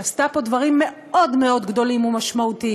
שעשתה פה דברים מאוד מאוד גדולים ומשמעותיים,